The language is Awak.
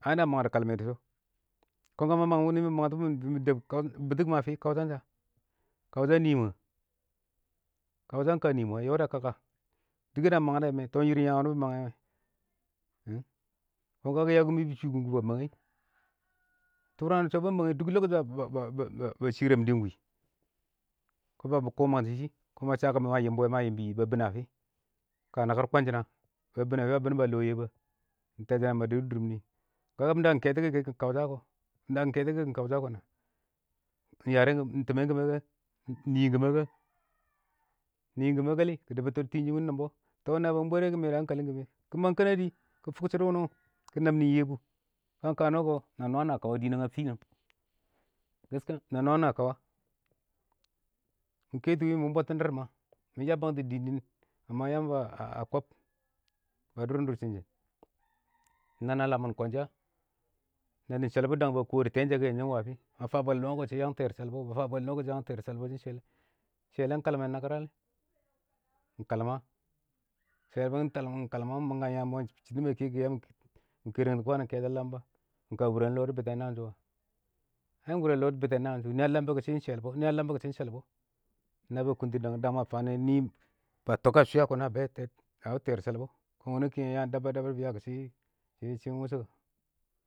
﻿ah na bɪ mangdɔ kalmɛ dɪ shɔ, kɔn ka mɪ mang wʊnɪ, mɪ mang kɔn bɪ tɪ kɪmɪ kaushan sha, kausha ɪng nii mʊ a, kausha ka nɪ mʊ ai yɔde a kaka mangdɛ mɛ, tɔ yaam wʊnɪ bi mangɛ wɛ, kɔn kakɪ yɛ kɔ mɪ bɪ shʊkʊn dɪ kʊ, ba mang nɪ, tʊrang dɪ shɔ ba mang nɪ duk lokacin ba ba ba shɪrɛm dʊ ɪng,kɔn ba kɔ mangshɪ nɪ,kɔn ma sha kɔ mɪ yɪmbɔ wɛ ma yɪmbɔ nɪ ba bɪn a fɪ ka nakɪr kɔN shɪ na. Ba bɪn a fɪ ba bɪn bʊ a lɔ Yebu a? ɪng tɛshɔ yamba dɪ dʊrkɪm mɪ kɔn ka bɪ na kɪn kɛtɔ kɪ ɪng kausha kɔ, nakɪm kɛtɔ kɔ kɪ ɪng kausha ka na ɪng yarɛ kʊ ɪng tɪmɛn kɪmə ka ɪng nii kimə ka, ɪng nɪ kimə ka lɪ, kɪ dʊbʊtɔ dɪ tɪ ɪng shɪn wɪ nɪmbɔ, kɪm nabɪyang bʊrɛ kɪ kimə, kɪ mang kɛnɛdɪ, kɪ fʊk shɪdɔ wʊnɪ wɔ, kɪ mab nɪ ɪng Yebu, ka ɪng ka nɔ kɔ, na nwam nwam kawa dinəng a finəng na nwam nwa kawa. Mɪ kɛtʊ mɪ bʊttɪn dɪr ma, mɪ yabbang tɔ dɪɪn dɪɪn Yamba a kɔb, ɪng na na lamɪn kɔnshɪ a? nɛɛntɪn shɛlbɔ kinge ba kɔ dɪ tɛ ɪng shɛ kɛ ɪng wa fɪ, ma fa bwɛl nɔ kɛ shɪ ka tɛɛr bɔ shɛlbɔ, ma fa bwɛl nɔ kɛ shɪ ba tɛɛr bɔ shɛlbɔ, shɛlbɔ ɪng kalmɛ, shɛlbɔ ɪng kalmɛ, mɪ mang kwaan yaam mɪ chɪbɪ chɪbɪ wɪ, mɪ kərəngtu kwaan kɛtɔ, a lambɔ, ka wʊrɛn lɔ dɪ bɪtɛ naan shʊ wa? daan ɪng wʊrɛn lɔ dɪ bɪtɛ naan shʊ wɔ, nɪ a lambɔ nɪ a lambɔ kɔ shɪn shɛlbɔ nɪ a lambɔ shɪn shɛlbɔ na ba kʊntɪ dang, dang ma fa nɛ nɪ ba tɔkɛ a shwɪya kɔn a bɛ a wɪ tɛɛr shɛlbɔ kɪngɛ yam dabɪt dabɪt kɔ shɪ bɪ shelbɔ, ka lam bɪ yakɔ, shɪ shɪ ɪng wʊshɔ.